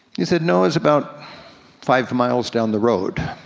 he said, no, it's about five miles down the road.